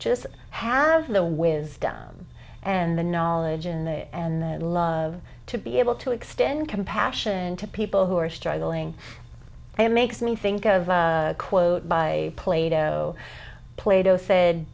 just have the wisdom and the knowledge in the end that love to be able to extend compassion to people who are struggling it makes me think of a quote by plato plato said